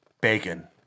Bacon